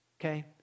Okay